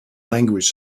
language